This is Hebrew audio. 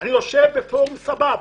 אני יושב בפורום סבן,